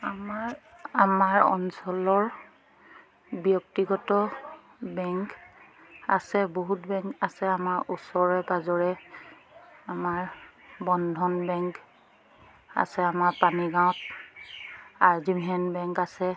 আমাৰ আমাৰ অঞ্চলৰ ব্যক্তিগত বেংক আছে বহুত বেংক আছে আমাৰ ওচৰে পাঁজৰে আমাৰ বন্ধন বেংক আছে আমাৰ পানীগাঁৱত আৰ জি ভেন বেংক আছে